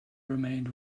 remained